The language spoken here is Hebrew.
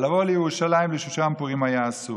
אבל לבוא לירושלים לשושן פורים היה אסור.